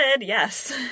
yes